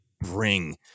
bring